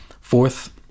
Fourth